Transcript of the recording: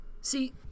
See